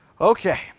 okay